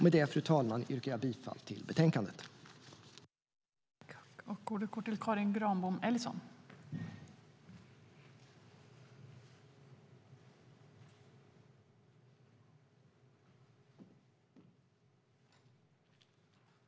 Med detta, fru talman, yrkar jag på godkännande av utskottets anmälan.